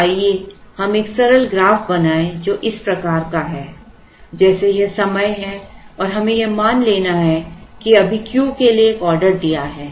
तो आइए हम एक सरल ग्राफ बनाएं जो इस प्रकार का है जैसे यह समय है और हमें यह मान लेना है कि हमने अभी Q के लिए एक ऑर्डर दिया है